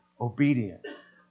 obedience